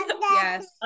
Yes